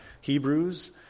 Hebrews